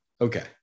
Okay